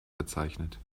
bezeichnet